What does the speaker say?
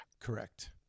Correct